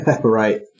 Right